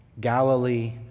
Galilee